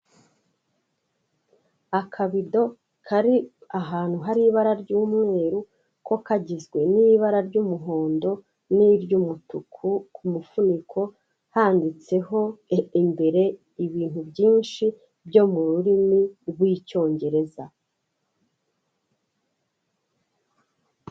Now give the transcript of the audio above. Akabido kari ahantu hari ibara ry'umweru ko kagizwe n'ibara ry'umuhondo n'iry'umutuku ku mufuniko handitseho imbere ibintu byinshi byo mu rurimi rw'icyongereza.